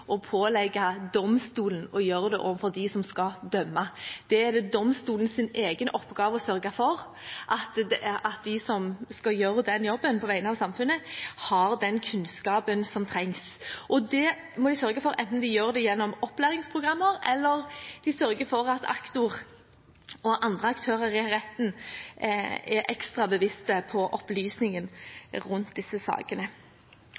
pålegge domstolene å gjøre det overfor dem som skal dømme. Det er domstolenes egen oppgave å sørge for at de som skal gjøre den jobben på vegne av samfunnet, har den kunnskapen som trengs. Det må de sørge for enten de gjør det gjennom opplæringsprogrammer eller ved at aktor og andre aktører i retten blir ekstra bevisst på opplysningen rundt disse sakene.